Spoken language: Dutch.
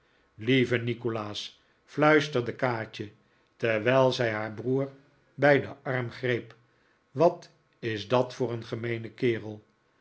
lieve nikolaas fluisterde kaatje terwijl zij haar broer bij zijn arm greep wat is dat voor een gemeenen kerel